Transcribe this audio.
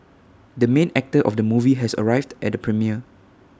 the main actor of the movie has arrived at the premiere